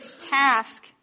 task